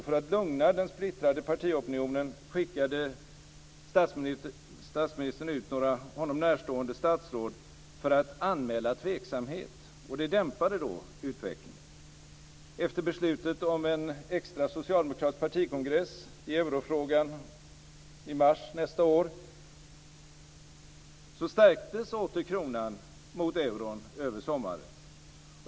För att lugna den splittrade partiopinionen skickade statsministern ut några honom närstående statsråd för att anmäla tveksamhet. Det dämpade utvecklingen. Efter beslutet om en extra socialdemokratisk partikongress i eurofrågan i mars nästa år stärktes åter kronan mot euron över sommaren.